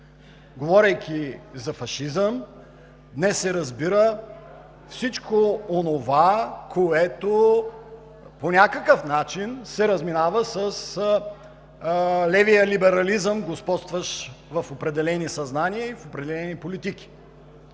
Говорейки за фашизъм, днес се разбира всичко онова, което по някакъв начин се разминава с левия либерализъм, господстващ в определени съзнания и в определени политики.